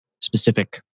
specific